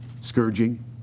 scourging